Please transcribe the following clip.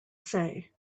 say